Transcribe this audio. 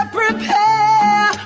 prepare